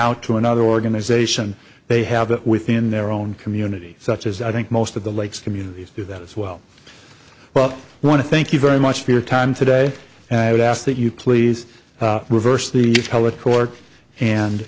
out to another organization they have that within their own community such as i think most of the lakes communities do that as well well want to thank you very much for your time today and i would ask that you please reverse the court and